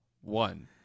One